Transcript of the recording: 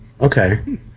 Okay